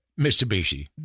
Mitsubishi